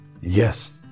Yes